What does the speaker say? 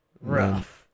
Rough